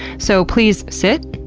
so please, sit,